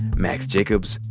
max jacobs,